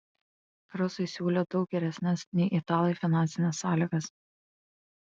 rusai siūlė daug geresnes nei italai finansines sąlygas